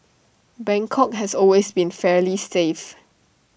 Bangkok has always been fairly safe